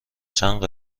چند